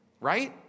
Right